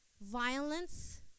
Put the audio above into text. violence